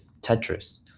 tetris